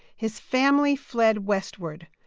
his family fled westward,